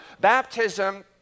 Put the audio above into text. baptism